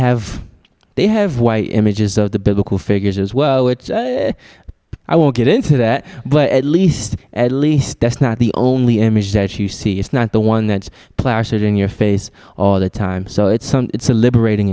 have they have white images of the biblical figures as well i won't get into that but at least at least that's not the only image that you see it's not the one that's plastered in your face all the time so it's it's a liberating